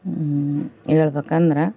ಹೇಳ್ಬೇಕಂದ್ರೆ